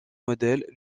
modèle